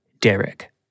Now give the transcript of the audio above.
Derek